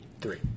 three